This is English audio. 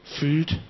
food